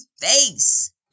face